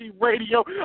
Radio